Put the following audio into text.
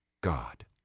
God